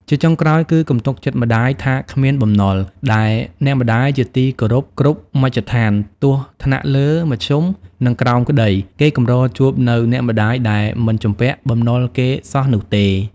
ជាចុងក្រោយគឺ កុំទុកចិត្តម្តាយថាគ្មានបំណុល ដែលអ្នកម្ដាយជាទីគោរពគ្រប់មជ្ឈដ្ឋាន ទោះថ្នាក់លើ មធ្យម និងក្រោមក្ដី គេកម្រជួបនូវអ្នកម្ដាយដែលមិនជំពាក់បំណុលគេសោះនោះទេ ។